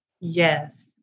Yes